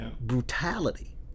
brutality